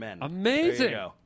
Amazing